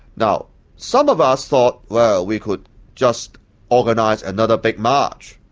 now some of us thought, well, we could just organise another big march,